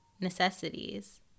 necessities